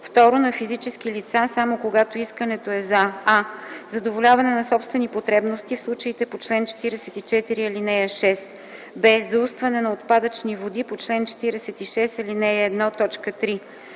2. на физически лица само когато искането е за: а) задоволяване на собствени потребности в случаите по чл. 44, ал. 6; б) заустване на отпадъчни води по чл. 46, ал. 1, т.